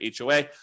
HOA